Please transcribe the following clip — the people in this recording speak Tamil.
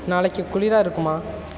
நாளைக்கு குளிராக இருக்குமா